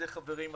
חברים,